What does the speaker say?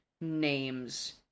names